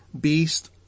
beast